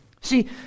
See